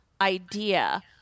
idea